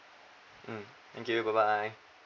mm thank you bye bye